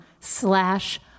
slash